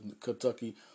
Kentucky